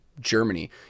Germany